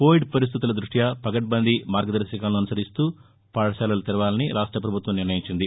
Covid పరిస్థితుల దృష్ట్య పకడ్బందీ మార్గదర్శకాలను అనుసరిస్తూ పాఠశాలలను తెరవాలని రాష్ట ప్రభుత్వం నిర్ణయించింది